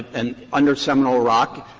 and under seminole rock